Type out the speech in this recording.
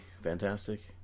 Fantastic